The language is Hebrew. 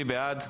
מי בעד?